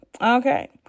okay